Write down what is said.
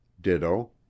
Ditto